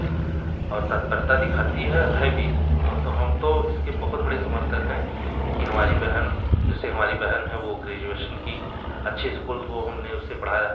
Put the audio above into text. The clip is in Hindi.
और तत्परता दिखाती है और है भी हम तो हम तो इसके बहुत बड़े समर्थक हैं कि हमारी बहन जैसे हमारी बहन है वह ग्रेजुएशन की अच्छे स्कूल वह हमने उससे पढ़ाया